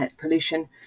pollution